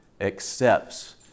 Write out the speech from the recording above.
accepts